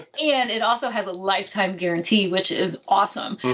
and it also has a lifetime guarantee, which is awesome.